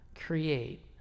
create